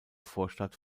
vorstadt